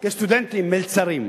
יש סטודנטים מלצרים.